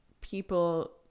People